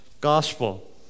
gospel